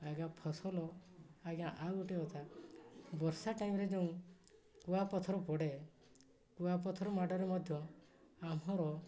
ଆଜ୍ଞା ଫସଲ ଆଜ୍ଞା ଆଉ ଗୋଟେ କଥା ବର୍ଷା ଟାଇମ୍ରେ ଯେଉଁ କୁଆପଥର ପଡ଼େ କୁଆପଥର ମାଡ଼ରେ ମଧ୍ୟ ଆମର